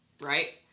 right